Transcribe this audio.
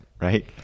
right